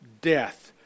death